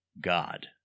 God